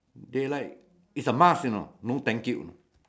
they like its a must you know no thank you